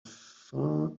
fin